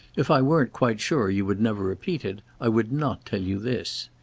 if i weren't quite sure you would never repeat it, i would not tell you this.